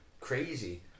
crazy